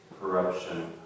corruption